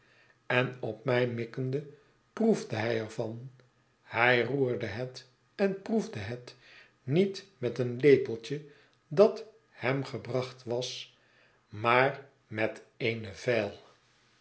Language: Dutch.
en op mij mikkende proefde hij er van hij roerde het en proefde het niet met een lepeltje dat hem gebracht was maar met eene vijl